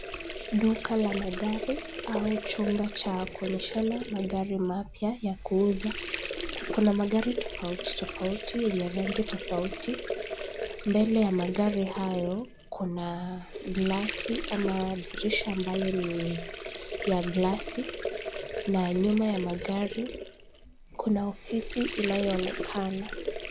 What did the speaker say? Duka la magari au chumba cha kuonyeshana magari mapya ya kuuza. Kuna magari tofauti tofauti yenye rangi tofauti. Mbele ya magari hayo kuna glasi ama dirisha ambayo ni ya glasi na nyuma ya magari kuna ofisi inayoonekana.